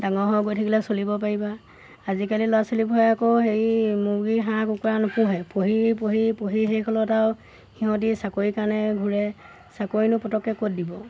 ডাঙৰ হৈ গৈ থাকিলে চলিব পাৰিবা আজিকালি ল'ৰা ছোৱালীবোৰে আকৌ হেৰি মুৰ্গী হাঁহ কুকুৰা নোপোঁহে পঢ়ি পঢ়ি পঢ়ি সেই ফলত আৰু সিহঁতি চাকৰি কাৰণে ঘূৰে চাকৰিনো পটককৈ ক'ত দিব